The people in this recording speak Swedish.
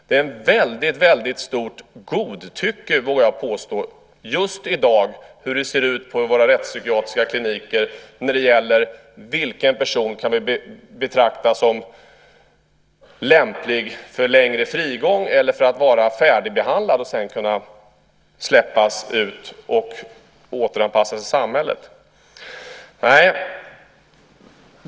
Det är ett väldigt stort godtycke i dag, vågar jag påstå, på våra rättspsykiatriska kliniker när det gäller vilken person som kan betraktas som lämplig för längre frigång eller som färdigbehandlad och klar att släppas ut och återanpassas till samhället.